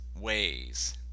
ways